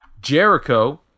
Jericho